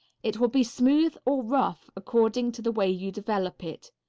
it will be smooth or rough according to the way you develop it.